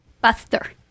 Buster